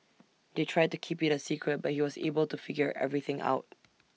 they tried to keep IT A secret but he was able to figure everything out